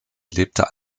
lebte